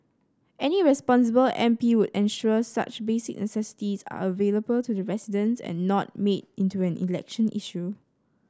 any responsible M P would ensure such basic necessities are available to the residents and not made into an election issue